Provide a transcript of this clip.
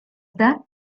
that